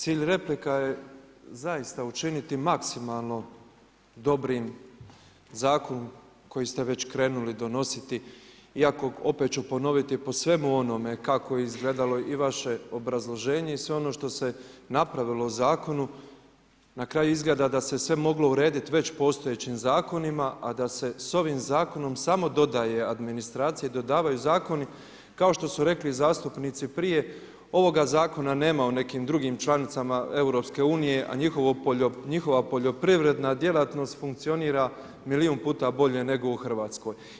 Cilj replika je zaista učiniti maksimalno dobrim zakon koji ste već krenuli donositi, iako, opet ću ponoviti, po svemu onome kako je izgledalo i vaše obrazloženje i sve ono što se napravilo u Zakonu, na kraju izgleda da se sve moglo urediti već postojećim zakonima, a da se s ovim Zakonom samo dodaje administracija, dodavaju zakonu, kao što su rekli zastupnici prije, ovoga Zakona nema u nekim članicama EU, a njihova poljoprivredna djelatnost funkcionira milion puta bolje nego u RH.